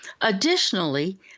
Additionally